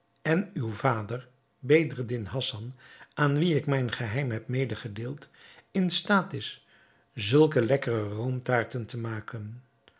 en uw vader bedreddin hassan aan wien ik mijn geheim heb medegedeeld in staat is zulke lekkere roomtaarten te maken